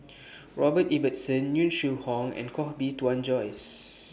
Robert Ibbetson Yong Shu Hoong and Koh Bee Tuan Joyce